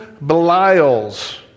Belial's